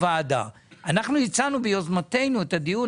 הוועדה יותר ממוזמנת לבקר.